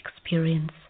experience